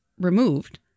removed